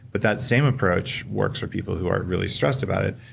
but that same approach works for people who are really stressed about it.